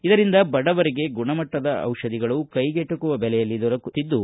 ಇದರಿಂದ ಬಡವರಿಗೆ ಗುಣಮಟ್ಟದ ದಿಷಧಿಗಳು ಕೈಗೆಟ್ಟುಕುವ ಬೆಲೆಯಲ್ಲಿ ದೊರೆಯುತ್ತಿದ್ದು